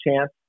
chance